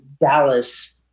Dallas